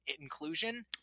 inclusion